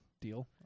deal